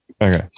Okay